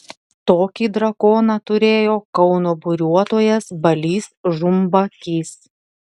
tokį drakoną turėjo kauno buriuotojas balys žumbakys